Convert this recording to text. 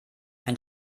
ein